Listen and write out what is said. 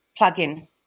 plugin